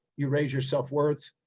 you raise your self worth.